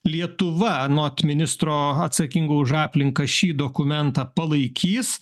lietuva anot ministro atsakingo už aplinką šį dokumentą palaikys